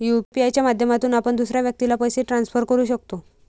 UPI च्या माध्यमातून आपण दुसऱ्या व्यक्तीला पैसे ट्रान्सफर करू शकतो